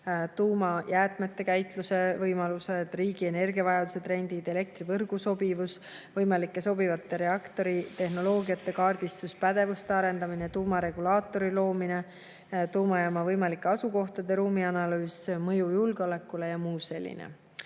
tuumajäätmete käitluse võimalused, riigi energiavajaduse trendid, elektrivõrgu sobivus, võimalike sobivate reaktori tehnoloogiate kaardistus, pädevuste arendamine, tuumaregulaatori loomine, tuumajaama võimalike asukohtade ruumianalüüs, mõju julgeolekule ja muu selline.